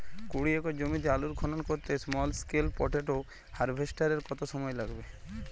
কুড়ি একর জমিতে আলুর খনন করতে স্মল স্কেল পটেটো হারভেস্টারের কত সময় লাগবে?